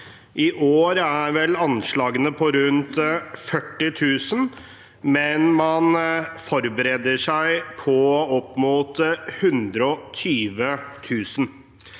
I år er vel anslagene på rundt 40 000, men man forbereder seg på opp mot 120 000.